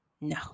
No